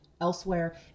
elsewhere